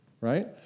right